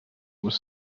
was